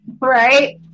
right